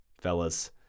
fellas